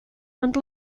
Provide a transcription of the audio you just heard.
and